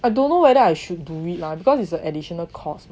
I don't know whether I should do it lah because it's an additional cost mah